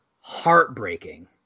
heartbreaking